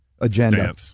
agenda